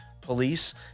police